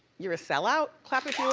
you're a sellout. clap if